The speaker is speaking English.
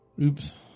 Oops